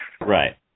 Right